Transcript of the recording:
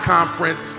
Conference